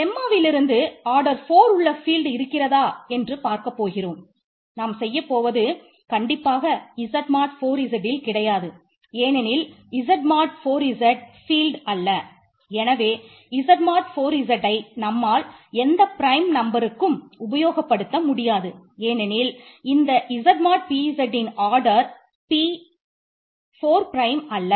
q2 square அல்ல